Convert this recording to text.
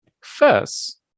First